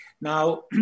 Now